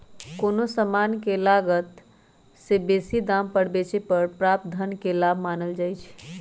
कोनो समान के लागत से बेशी दाम पर बेचे पर प्राप्त धन के लाभ मानल जाइ छइ